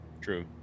True